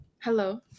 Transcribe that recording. Hello